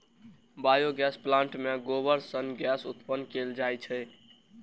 biogas plant मे गोबर सं गैस उत्पन्न कैल जाइ छै